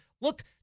look